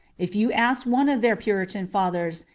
if you asked one of their puritan fathers,